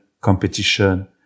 competition